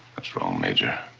what's wrong, major?